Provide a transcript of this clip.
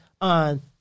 on